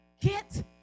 get